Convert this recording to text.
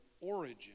origin